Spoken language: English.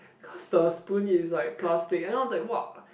cause the spoon is like plastic you know like !wah!